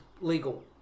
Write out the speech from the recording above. legal